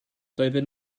doedden